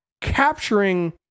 capturing